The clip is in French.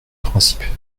principe